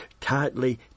tightly